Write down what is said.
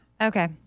Okay